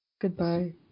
Goodbye